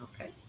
okay